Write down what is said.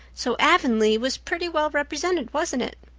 so avonlea was pretty well represented, wasn't it?